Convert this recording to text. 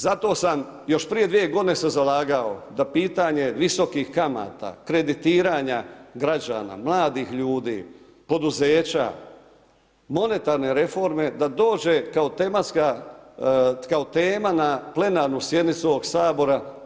Zato sam još prije dvije godine se zalagao da pitanje visokih kamata, kreditiranja građana, mladih ljudi, poduzeća, monetarne reforme, da dođe kao tema na plenarnu sjednicu ovog Sabora.